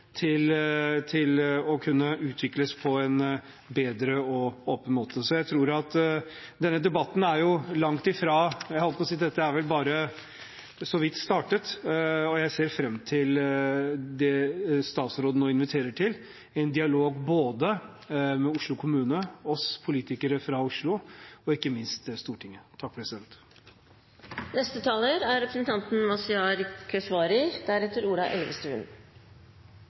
til å kunne utvikles på en bedre og åpen måte. Denne debatten er bare så vidt startet, og jeg ser fram til det statsråden nå inviterer til: en dialog med både Oslo kommune, oss politikere fra Oslo – og ikke minst med Stortinget. Jeg vil også starte med å berømme interpellanten for å ha satt en veldig viktig sak på dagsordenen. Det å utforme framtidens regjeringskvartal er